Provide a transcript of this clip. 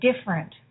different